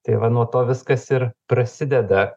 tai va nuo to viskas ir prasideda